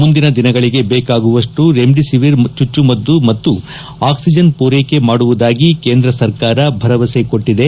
ಮುಂದಿನ ದಿನಗಳಿಗೆ ದೇಕಾಗುವಷ್ಟು ರೆಮ್ಡಿಸಿವರ್ ಚುಚ್ಚು ಮದು ಮತ್ತು ಆಕ್ಲಿಜನ್ ಪೂರೈಕೆ ಮಾಡುವುದಾಗಿ ಕೇಂದ್ರ ಸರ್ಕಾರ ಭರವಸೆ ಕೊಟ್ಟದೆ